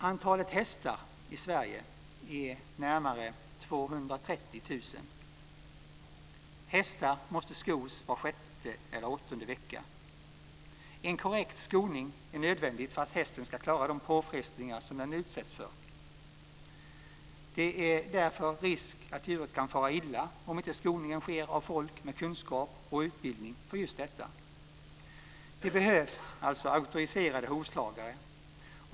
Antalet hästar i Sverige är närmare 230 000. Hästar måste skos var sjätte till åttonde vecka. En korrekt skoning är nödvändig för att hästen ska klara de påfrestningar som den utsätts för. Det är därför risk att djuret kan fara illa om inte skoningen sköts av folk med kunskaper och utbildning för just detta. Det behövs alltså auktoriserade hovslagare.